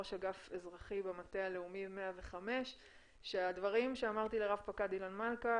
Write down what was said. ראש אגף אזרחי במטה הלאומי 105 שהדברים שאמרתי לרפ"ק אילן מלכה